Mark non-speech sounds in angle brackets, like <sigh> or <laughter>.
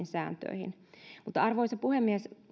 <unintelligible> sääntöjä arvoisa puhemies